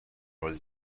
was